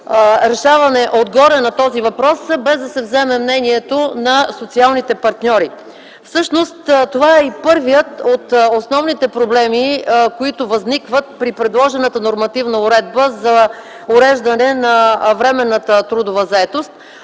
решаване на този въпрос отгоре, без да се вземе мнението на социалните партньори. Всъщност това е и първият от основните проблеми, които възникват при предложената нормативна уредба за уреждане на временната трудова заетост,